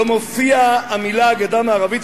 לא מופיעות המלים "הגדה המערבית".